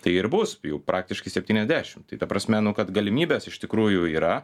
tai ir bus jau praktiškai septyniasdešim tai ta prasme nu kad galimybės iš tikrųjų yra